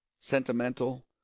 sentimental